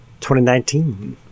2019